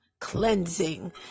cleansing